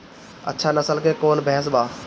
अच्छा नस्ल के कौन भैंस बा?